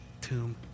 tomb